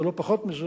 ולא פחות מזה,